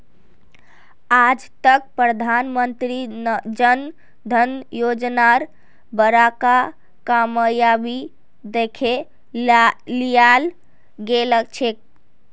आज तक प्रधानमंत्री जन धन योजनार बड़का कामयाबी दखे लियाल गेलछेक